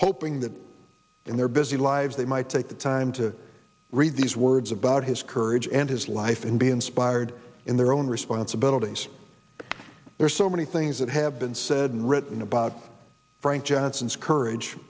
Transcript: hoping that in their busy lives they might take the time to read these words about his courage and his life and be inspired in their own responsibilities there are so many things that have been said and written about frank johnson's courage